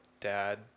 dad